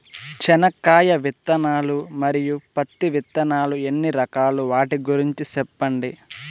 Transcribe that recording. చెనక్కాయ విత్తనాలు, మరియు పత్తి విత్తనాలు ఎన్ని రకాలు వాటి గురించి సెప్పండి?